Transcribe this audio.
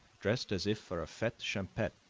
dressed as if for a fete champetre,